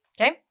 Okay